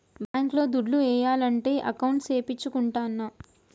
bank లో దుడ్లు ఏయాలంటే అకౌంట్ సేపిచ్చుకుంటాన్న